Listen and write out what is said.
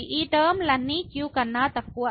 ఈ టర్మ లన్నీ q కన్నా తక్కువ